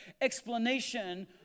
explanation